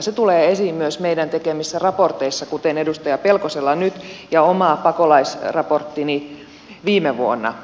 se tulee esiin myös meidän tekemissämme raporteissa kuten edustaja pelkosella nyt ja omassa pakolaisraportissani viime vuonna